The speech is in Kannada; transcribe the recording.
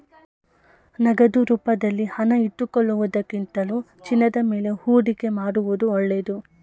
ನಗದು ರೂಪದಲ್ಲಿ ಹಣ ಇಟ್ಟುಕೊಳ್ಳುವುದಕ್ಕಿಂತಲೂ ಚಿನ್ನದ ಮೇಲೆ ಹೂಡಿಕೆ ಮಾಡುವುದು ಒಳ್ಳೆದು